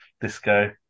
disco